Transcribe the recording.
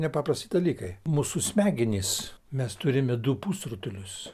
nepaprasti dalykai mūsų smegenys mes turime du pusrutulius